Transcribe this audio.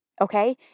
Okay